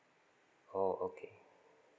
oh okay